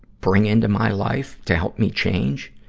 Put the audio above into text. bring into my life to help me change,